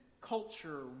culture